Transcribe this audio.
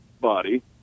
body